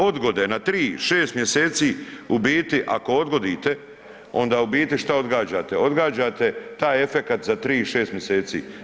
Odgode na 3, 6 mj. u biti ako odgodite, onda u biti šta odgađate, odgađate taj efekat za 3 i 6 mjeseci.